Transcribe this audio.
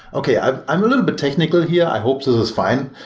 okay, i'm i'm a little bit technical here. i hope this is fine.